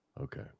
Okay